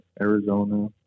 Arizona